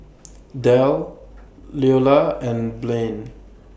Del Leola and Blain